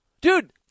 dude